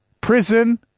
Prison